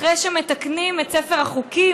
אחרי שמתקנים את ספר החוקים,